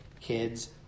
kids –